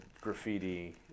graffiti